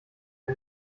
der